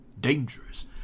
Dangerous